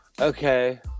Okay